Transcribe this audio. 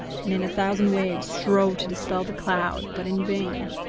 and in a thousand ways strove to dispel the cloud, but in vain.